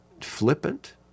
Flippant